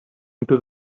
into